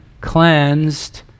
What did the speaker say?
cleansed